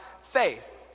faith